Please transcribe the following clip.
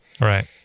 Right